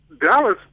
Dallas